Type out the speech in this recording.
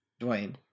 Dwayne